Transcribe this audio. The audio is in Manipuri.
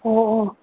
ꯑꯣ ꯑꯣ